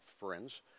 friends